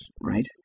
right